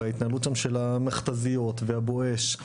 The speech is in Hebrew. וההתנהלות שם של המכת"זיות והבואש.